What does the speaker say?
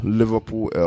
liverpool